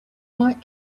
might